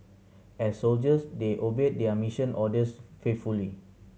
as soldiers they obeyed their mission orders faithfully